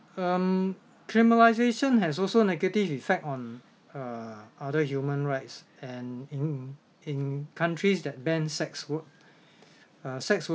um criminalization has also negative effect on uh other human rights and in in countries that ban sex work uh sex